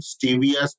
Stevia